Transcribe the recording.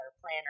planner